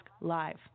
Live